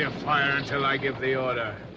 ah fire until i give the order.